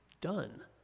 done